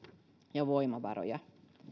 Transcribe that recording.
ja voimavaroja